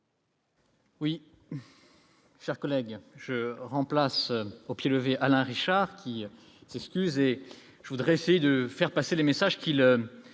Oui. Chers collègues, je remplace au pied levé Alain Richard tire c'est user je voudrais essayer de faire passer les messages qu'il